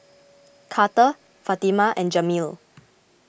Karter Fatima and Jameel